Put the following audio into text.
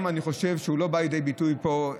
חושב שגם הוא לא בא לידי ביטוי פה.